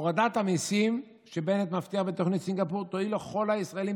הורדת המיסים" שבנט מבטיח בתוכנית סינגפור "תועיל לכל הישראלים,